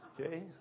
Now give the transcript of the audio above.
Okay